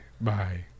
Bye